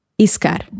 iscar